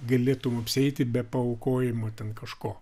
galėtum apsieiti be paaukojimo ten kažko